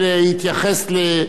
לדברי המתווכחים.